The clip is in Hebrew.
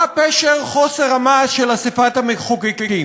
/ מה פשר חוסר המעש של אספת המחוקקים?